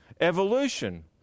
evolution